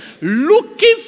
Looking